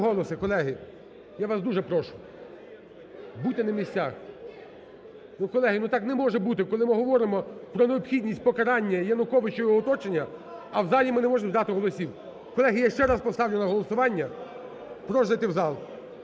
колеги. Я вас дуже прошу, будьте на місцях. Ну, колеги, ну так не може бути, коли ми говоримо про необхідність покарання Януковича і його оточення, а в залі ми не можемо дати голосів. Колеги, я ще раз поставлю на голосування. Прошу зайти в зал.